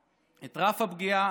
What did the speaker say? את רף הפגיעה,